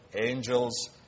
angels